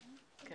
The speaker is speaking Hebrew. באיזשהו שלב